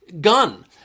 gun